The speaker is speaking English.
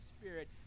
Spirit